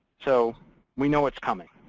so we know what's coming.